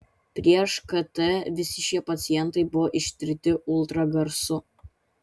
prieš kt visi šie pacientai buvo ištirti ultragarsu